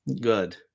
Good